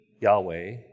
Yahweh